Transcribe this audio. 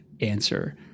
answer